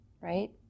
right